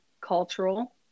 cultural